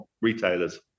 retailers